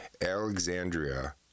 Alexandria